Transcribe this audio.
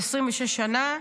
נשפט ל-26 שנה,